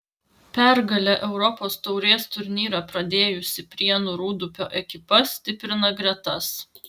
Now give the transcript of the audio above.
pergale europos taurės turnyrą pradėjusi prienų rūdupio ekipa stiprina gretas